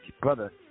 brother